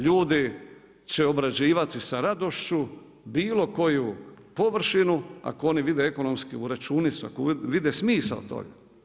Ljudi će obrađivati sa radošću bilo koju površinu ako oni vide ekonomsku računicu, ako vide smisao toga.